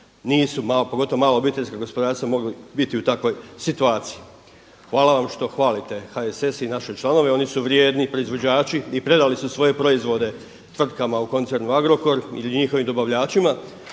nisu, pogotovo mala obiteljska gospodarstva biti u takvoj situaciji. Hvala vam što hvalite HSS i naše članove oni su vrijedni proizvođači i predali su svoje proizvode tvrtkama u koncernu Agrokor i njihovim dobavljačima,